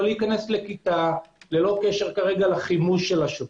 לא להיכנס לכיתה, ללא קשר לחימוש השוטר.